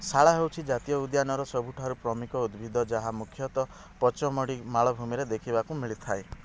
ଶାଳା ହେଉଛି ଜାତୀୟ ଉଦ୍ୟାନର ସବୁଠାରୁ ପ୍ରମୁଖ ଉଦ୍ଭିଦ ଯାହା ମୁଖ୍ୟତଃ ପଚମଢ଼ୀ ମାଳଭୂମିରେ ଦେଖିବାକୁ ମିଳିଥାଏ